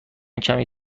کمی